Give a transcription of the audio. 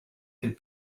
elle